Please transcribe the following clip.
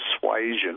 persuasion